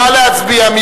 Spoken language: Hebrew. נא להצביע.